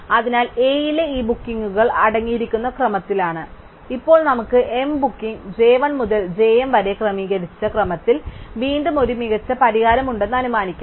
അതിനാൽ A യിലെ ഈ ബുക്കിംഗുകൾ അടുക്കിയിരിക്കുന്ന ക്രമത്തിലാണ് ഇപ്പോൾ നമുക്ക് m ബുക്കിംഗ് j 1 മുതൽ j m വരെ ക്രമീകരിച്ച ക്രമത്തിൽ വീണ്ടും ഒരു മികച്ച പരിഹാരമുണ്ടെന്ന് അനുമാനിക്കാം